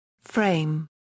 Frame